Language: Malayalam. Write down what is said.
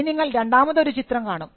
ഇനി നിങ്ങൾ രണ്ടാമതൊരു ചിത്രം കാണും